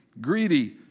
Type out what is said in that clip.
greedy